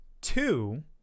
two